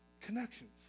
connections